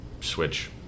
switch